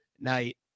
night